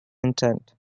intent